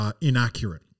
inaccurate